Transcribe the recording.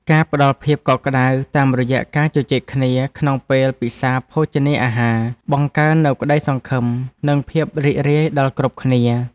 ការផ្តល់ភាពកក់ក្តៅតាមរយៈការជជែកគ្នាក្នុងពេលពិសាភោជនាអាហារ បង្កើននូវក្តីសង្ឃឹមនិងភាពរីករាយដល់គ្រប់គ្នា។